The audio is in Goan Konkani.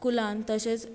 स्कुलांत तशेंच